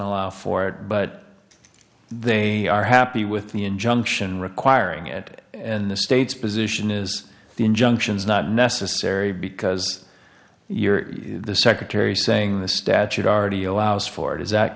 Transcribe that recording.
allow for it but they are happy with the injunction requiring it and the state's position is the injunctions not necessary because you're the secretary saying the statute r t o ause for it is that